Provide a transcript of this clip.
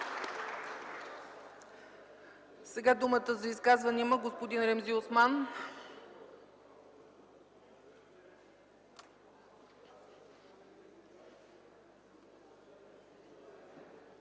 Има думата за изказване господин Ремзи Осман.